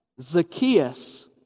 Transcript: Zacchaeus